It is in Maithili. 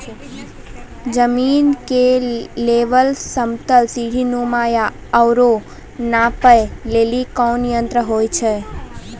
जमीन के लेवल समतल सीढी नुमा या औरो नापै लेली कोन यंत्र होय छै?